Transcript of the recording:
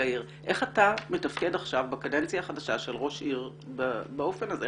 איך אתה מתפקד עכשיו בקדנציה החדשה של ראש עיר באופן הזה?